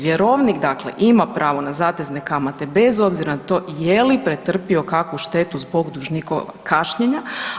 Vjerovnik dakle ima pravo na zatezne kamate bez obzira na to je li pretrpio kakvu štetu zbog dužnikovog kašnjenja.